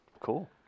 Cool